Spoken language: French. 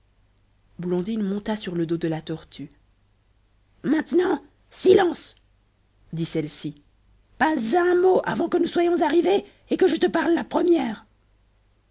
blondine monta sur le dos de la tortue maintenant silence dit celle-ci pas un mot avant que nous soyons arrivées et que je te parle la première